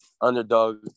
underdog